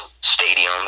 stadium